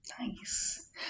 Nice